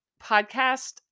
podcast